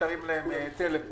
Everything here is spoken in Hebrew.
תרים להם טלפון,